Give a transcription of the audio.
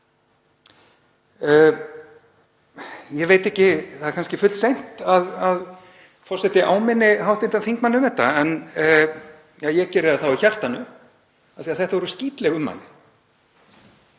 Ég veit ekki, það er kannski fullseint að forseti áminni hv. þingmann um þetta, en ég geri það þá í hjartanu af því að þetta voru skítleg ummæli.